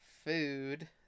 Food